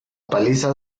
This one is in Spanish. paliza